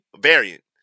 Variant